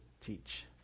teach